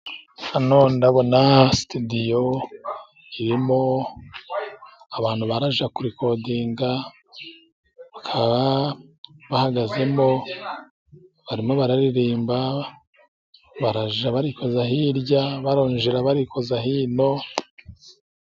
Hano ndabona sitidiyo irimo abantu barajya kurikodinga bakaba bahagazemo, barimo bararirimba barajya barikoza hirya barongera barikoza hino.